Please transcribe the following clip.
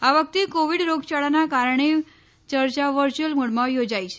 આ વખતે કોવિડ રોગયાળાના કારણે ચર્ચા વર્યુઅલ મોડમાં યોજાઈ છે